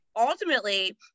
ultimately